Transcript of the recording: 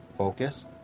focus